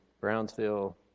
Brownsville